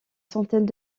centaines